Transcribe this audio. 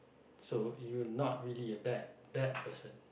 so you not really a bad bad person